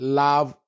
love